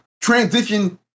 transition